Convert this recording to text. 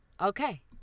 okay